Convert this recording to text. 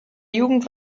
jugend